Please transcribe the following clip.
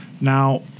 Now